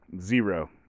zero